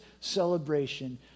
celebration